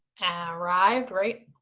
arrived, right,